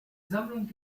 sammlung